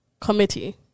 committee